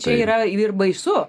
čia yra ir baisu